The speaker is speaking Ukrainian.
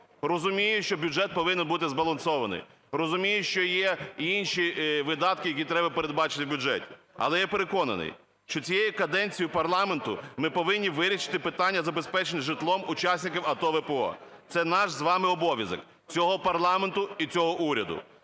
Розумію, що бюджет повинен бути збалансований. Розумію, що є інші видатки, які треба передбачити в бюджеті. Але я переконаний, що цією каденцією парламенту, ми повинні вирішити питання забезпечення житлом учасників АТО, ВПО. Це наш з вами обов'язок цього парламенту і цього уряду